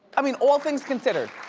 i mean, all things considered.